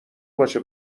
باشه